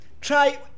Try